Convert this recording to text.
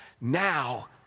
now